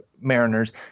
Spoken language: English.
Mariners